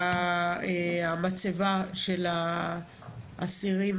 מוטרדת מהמצבה של האסירים,